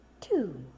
two